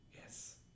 Yes